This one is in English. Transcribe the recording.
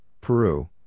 Peru